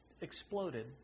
exploded